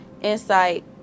insight